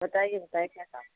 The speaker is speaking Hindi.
बताइए बताइए क्या काम